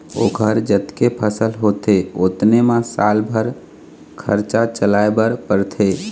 ओखर जतके फसल होथे ओतने म साल भर खरचा चलाए बर परथे